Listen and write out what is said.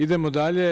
Idemo dalje.